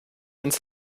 ins